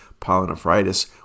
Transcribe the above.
polynephritis